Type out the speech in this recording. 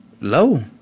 Low